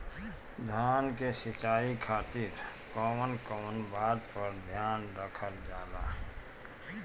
धान के सिंचाई खातिर कवन कवन बात पर ध्यान रखल जा ला?